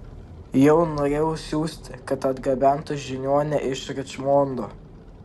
jau norėjau siųsti kad atgabentų žiniuonę iš ričmondo